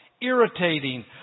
irritating